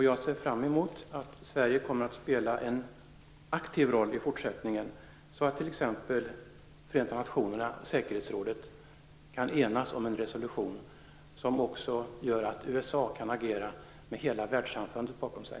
Jag ser fram emot att Sverige kommer att spela en aktiv roll i fortsättningen, så att t.ex. säkerhetsrådet kan enas om en resolution som gör att USA kan agera med hela världssamfundet bakom sig.